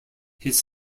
his